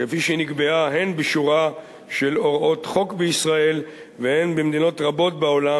כפי שהיא נקבעה הן בשורה של הוראות חוק בישראל והן במדינות רבות בעולם,